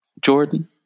Jordan